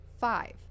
Five